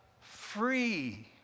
free